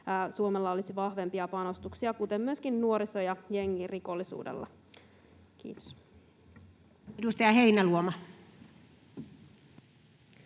Suomella olisi vahvempia panostuksia, kuten myöskin nuoriso- ja jengirikollisuuteen. — Kiitos. [Speech 16]